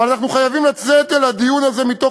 אבל אנחנו חייבים לצאת אל הדיון הזה מתוך